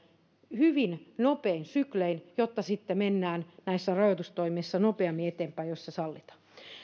hyvin nopein syklein jotta sitten mennään näissä rajoitustoimissa nopeammin eteenpäin jos se sallitaan